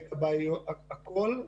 כבאיות הכול.